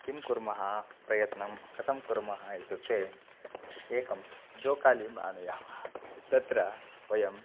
किं कुर्मः प्रयत्नं कथं कुर्मः इत्युक्ते एकं जोकालीम् आनयामः तत्र वयं